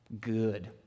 good